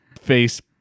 face